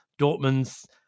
Dortmund's